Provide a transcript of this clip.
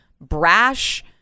brash